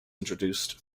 introduced